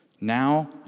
Now